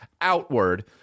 outward